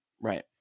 Right